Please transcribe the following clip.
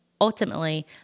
ultimately